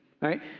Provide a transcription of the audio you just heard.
right